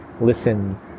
listen